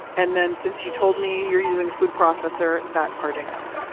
and then, since you told me you're using a food processor, that part i know.